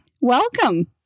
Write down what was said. Welcome